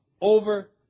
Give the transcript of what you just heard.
over